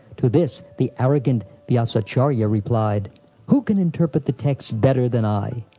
to this, the arrogant vyasacharya replied who can interpret the texts better than i?